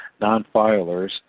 non-filers